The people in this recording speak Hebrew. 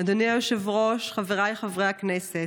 אדוני היושב-ראש, חבריי חברי הכנסת,